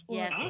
yes